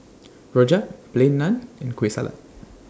Rojak Plain Naan and Kueh Salat